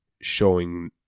showing